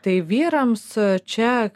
tai vyrams čia